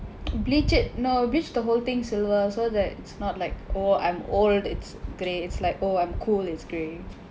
bleach it no bleach the whole thing silver so that it's not like oh I'm old it's grey it's like oh I'm cool it's grey